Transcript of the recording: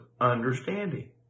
understanding